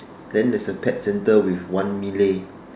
then there's a pet center with one mini